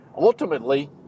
ultimately